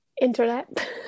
internet